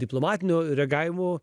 diplomatinio reagavimo